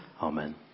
amen